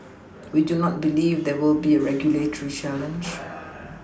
we do not believe there will be a regulatory challenge